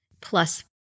Plus